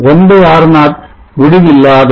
1 R0 முடிவில்லாதது